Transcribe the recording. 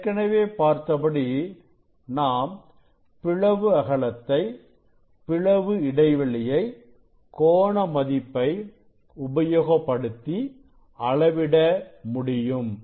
ஏற்கனவே பார்த்தபடி நாம் பிளவு அகலத்தை பிளவு இடைவெளியை கோண மதிப்பை உபயோகப்படுத்தி அளவிட முடியும்